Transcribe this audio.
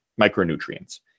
micronutrients